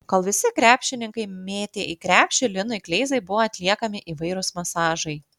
kol visi krepšininkai mėtė į krepšį linui kleizai buvo atliekami įvairūs masažai